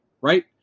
right